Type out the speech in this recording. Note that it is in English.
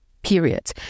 Period